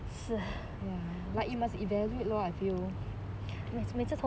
ya like you must evaluate lor I feel